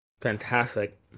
fantastic